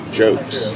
jokes